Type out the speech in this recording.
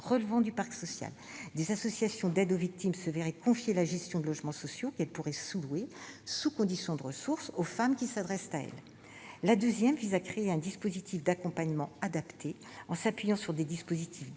relevant du parc social : des associations d'aide aux victimes se verraient confier la gestion de logements sociaux, qu'elles pourraient sous-louer, sous condition de ressources, aux femmes qui s'adressent à elles. La seconde vise à créer un dispositif d'accompagnement adapté en s'appuyant sur des mécanismes